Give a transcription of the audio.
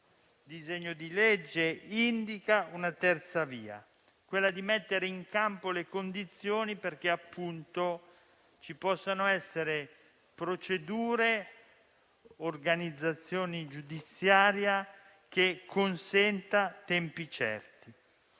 dal disegno di legge in esame, vale a dire quella di mettere in campo le condizioni perché ci possano essere procedure e organizzazione giudiziaria che consentano tempi certi.